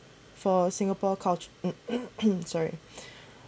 for singapore culture sorry